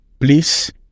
Please